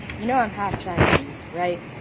you know i'm half-chinese, right?